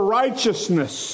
righteousness